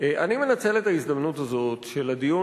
אני מנצל את ההזדמנות הזאת של הדיון